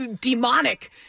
demonic